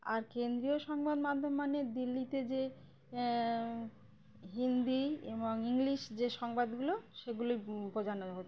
আর কেন্দ্রীয় সংবাদ মাধ্যম মানে দিল্লিতে যে হিন্দি এবং ইংলিশ যে সংবাদগুলো সেগুলিই বো বোঝানো হচ্ছে